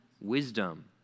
Wisdom